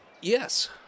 yes